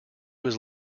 was